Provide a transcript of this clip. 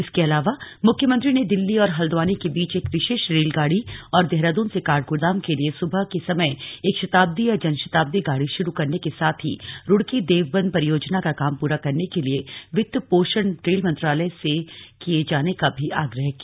इसके अलावा मुख्यमंत्री ने दिल्ली और हल्द्वानी के बीच एक विशेष रेलगाड़ी और देहरादून से काठगोदाम के लिए सुबह के समय एक शताब्दी या जनशताब्दी गाड़ी शुरू करने के साथ ही रूड़की देवबंद परियोजना का काम पूरा करने के लिए वित्त पोषण रेल मंत्रालय से किए जाने का भी आग्रह किया